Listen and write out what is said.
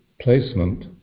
placement